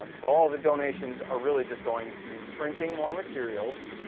um so all the donations are really just going to printing more materials,